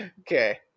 Okay